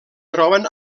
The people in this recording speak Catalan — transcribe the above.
troben